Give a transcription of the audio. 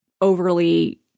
overly